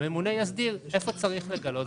הממונה יסדיר איפה צריך לגלות.